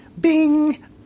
bing